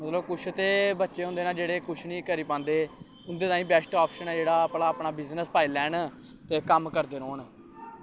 मतलब कुछ ते बच्चे होंदे ना जेह्ड़े कुछ निं करी पांदे ते उं'दे ताईं बेस्ट आप्शन ऐ जेह्ड़ा भला अपना बिज़नेस पाई लैन ते कम्म करदे रौह्न